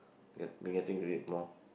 yup be getting red more